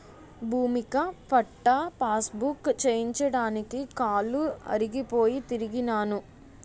భూమిక patta passbook చేయించడానికి కాలు అరిగిపోయి తిరిగినాను